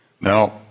Now